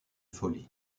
folie